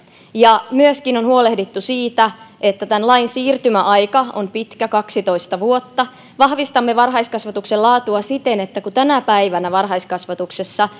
ja myöskin on huolehdittu siitä että tämän lain siirtymäaika on pitkä kaksitoista vuotta vahvistamme varhaiskasvatuksen laatua siten että kun tänä päivänä varhaiskasvatuksessa